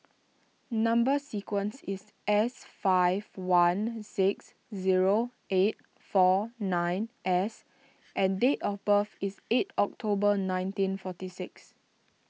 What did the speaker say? Number Sequence is S five one six zero eight four nine S and date of birth is eight October nineteen forty six